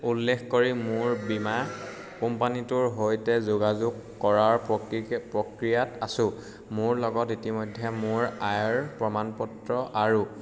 উল্লেখ কৰি মোৰ বীমা কোম্পানীটোৰ সৈতে যোগাযোগ কৰাৰ প্ৰক্ৰিয়াত আছোঁ মোৰ লগত ইতিমধ্যে মোৰ আয়ৰ প্ৰমাণপত্ৰ আৰু